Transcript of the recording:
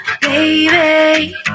Baby